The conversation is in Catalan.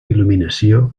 il·luminació